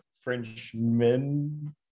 Frenchmen